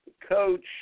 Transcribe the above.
coach